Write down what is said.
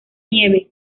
nieve